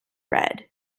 red